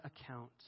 account